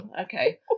okay